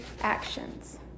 actions